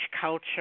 culture